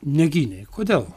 negynei kodėl